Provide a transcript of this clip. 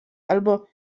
albo